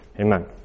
Amen